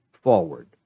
forward